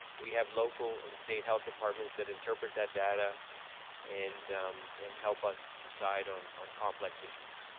we have local and state health departments that interpret that data and and help us decide on on complex issues.